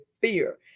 fear